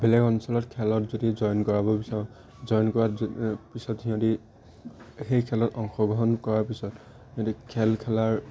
বেলেগ অঞ্চলত খেলত যদি জইন কৰা বিচাৰো জইন কৰা পিছত সিহঁতি সেই খেলত অংশগ্ৰহণ কৰাৰ পিছত সিহঁতি খেল খেলাৰ